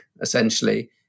essentially